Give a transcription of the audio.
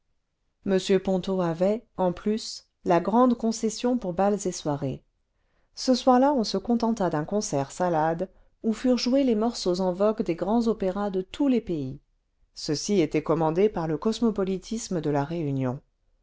m ponto avait en plus la grande concession pour bals et soirées ce soir-là on se contenta d'un concert salade où furent joués les morceaux en vogue des grands opéras cle tous les pays ceci était commandé par le cosmopolitisme de la réunion